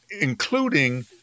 including